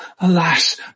alas